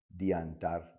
diantar